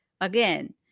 again